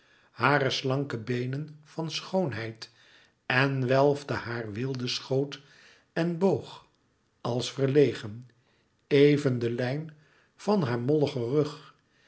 hare slanke beenen van schoonheid en welfde haar weeldeschoot en boog als verlegen éven de lijn van haar molligen rug